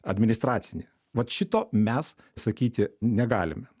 administracinį vat šito mes sakyti negalime